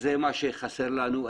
זה מה שחסר לנו.